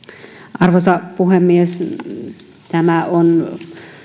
arvoisa puhemies tämä on